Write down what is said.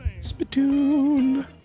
Spittoon